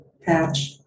patch